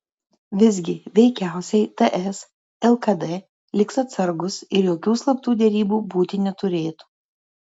visgi veikiausiai ts lkd liks atsargūs ir jokių slaptų derybų būti neturėtų